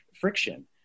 friction